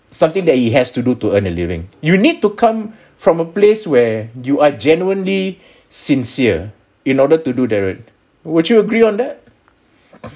something that he has to do to earn a living you need to come from a place where you are genuinely sincere in order to do that would would you agree on that